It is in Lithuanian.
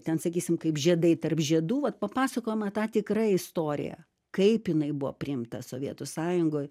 ten sakysim kaip žiedai tarp žiedų vat papasakojama ta tikra istorija kaip jinai buvo priimta sovietų sąjungoj